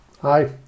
Hi